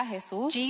Jesus